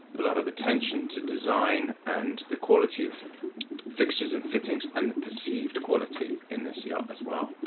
a lot of attention to design and the quality of fixtures and fittings and the perceived quality in this yacht as well,